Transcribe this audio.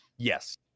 yes